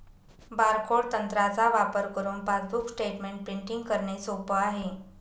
barcode तंत्राचा वापर करुन पासबुक स्टेटमेंट प्रिंटिंग करणे सोप आहे